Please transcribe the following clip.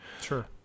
Sure